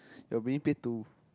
you're being paid to